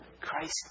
Christ